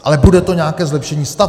Ale bude to nějaké zlepšení stavu.